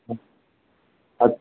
हुँ हँ